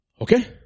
Okay